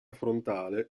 frontale